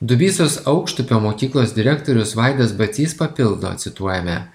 dubysos aukštupio mokyklos direktorius vaidas bacys papildo cituojame